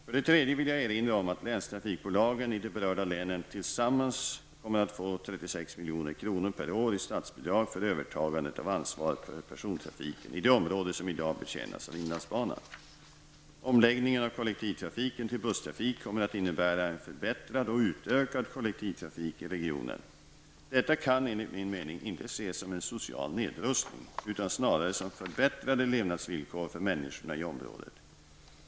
För det tredje vill jag erinra om att länstrafikbolagen i de berörda länen tillsammans kommer att få 36 milj.kr. per år i statsbidrag för övertagandet av ansvaret för persontrafiken i det område som i dag betjänas av inlandsbanan. Omläggningen av kollektivtrafiken till busstrafik kommer att innebära en förbättrad och utökad kollektivtrafik i regionen. Detta kan, enligt min mening, inte ses som en social nedrustning utan snarare som förbättrade levnadsvillkor för människorna i området.